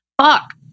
fuck